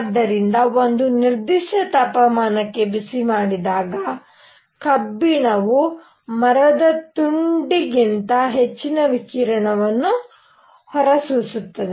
ಆದ್ದರಿಂದ ಒಂದು ನಿರ್ದಿಷ್ಟ ತಾಪಮಾನಕ್ಕೆ ಬಿಸಿ ಮಾಡಿದಾಗ ಕಬ್ಬಿಣವು ಮರದ ತುಂಡುಗಿಂತ ಹೆಚ್ಚಿನ ವಿಕಿರಣವನ್ನು ಹೊರಸೂಸುತ್ತದೆ